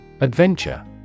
Adventure